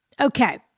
Okay